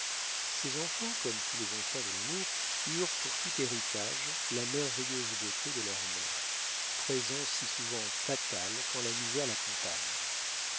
ses enfants comme tous les enfants de l'amour eurent pour tout héritage la merveilleuse beauté de leur mère présent si souvent fatal quand la misère l'accompagne